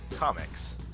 Comics